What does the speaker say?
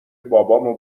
بابامو